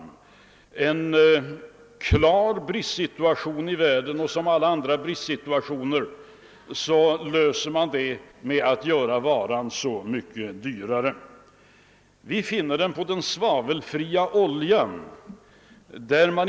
Som alla andra bristsituationer leder även denna bristsituation i världen till att varan blir dyrare. Vi märker den på den svavelfattiga oljan.